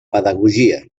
pedagogia